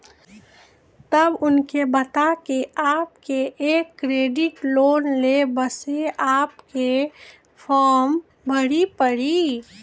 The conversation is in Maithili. तब उनके बता के आपके के एक क्रेडिट लोन ले बसे आपके के फॉर्म भरी पड़ी?